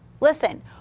Listen